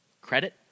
credit